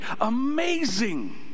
Amazing